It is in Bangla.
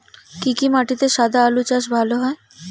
কি কি মাটিতে সাদা আলু চাষ ভালো হয়?